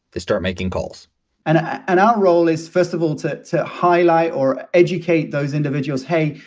they start making calls and our role is, first of all, to to highlight or educate those individuals. hey,